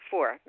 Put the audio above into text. Four